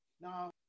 Now